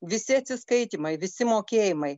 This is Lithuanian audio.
visi atsiskaitymai visi mokėjimai